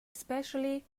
especially